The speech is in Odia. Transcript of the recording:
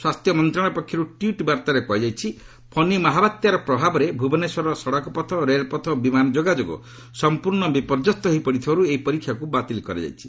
ସ୍ୱାସ୍ଥ୍ୟ ମନ୍ତ୍ରଶାଳୟ ପକ୍ଷରୁ ଟ୍ୱିଟ୍ ବାର୍ଭାରେ କୁହାଯାଇଛି ଫନୀ ମହାବାତ୍ୟାର ପ୍ରଭାବରେ ଭୁବନେଶ୍ୱରର ସଡ଼କ ପଥ ରେଳପଥ ଓ ବିମାନ ଯୋଗାଯୋଗ ସମ୍ପୂର୍ଣ୍ଣ ବିପର୍ଯ୍ୟସ୍ତ ହୋଇପଡ଼ିଥିବାରୁ ଏହି ପରୀକ୍ଷାକୁ ବାତିଲ୍ କରାଯାଇଛି